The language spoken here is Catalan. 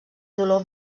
dolor